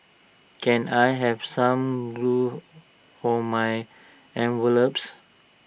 can I have some glue for my envelopes